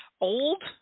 old